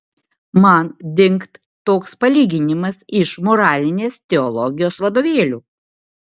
man dingt toks palyginimas iš moralinės teologijos vadovėlių